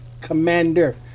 Commander